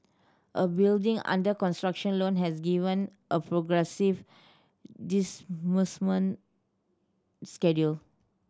a building under construction loan has given a progressive disbursement schedule